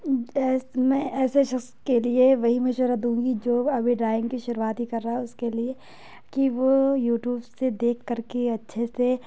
بس میں ایسے شخص کے لیے وہی مشورہ دوں گی جو ابھی ڈرائنگ کی شروعات ہی کر رہا ہے اس کے لیے کی وہ یوٹیوب سے دیکھ کر کے اچھے سے